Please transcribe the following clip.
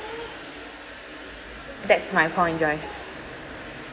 that's my point joyce